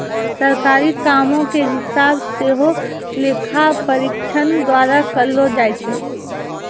सरकारी कामो के हिसाब सेहो लेखा परीक्षक द्वारा करलो जाय छै